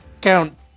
Count